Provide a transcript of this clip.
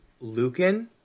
Lucan